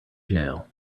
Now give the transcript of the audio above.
jail